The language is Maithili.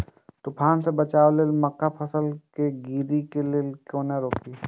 तुफान से बचाव लेल मक्का फसल के गिरे से केना रोकी?